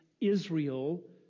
Israel